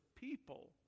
people